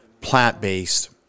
plant-based